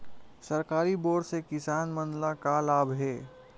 सरकारी बोर से किसान मन ला का लाभ हे?